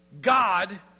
God